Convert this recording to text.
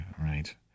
Right